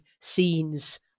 scenes